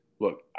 Look